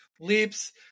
leaps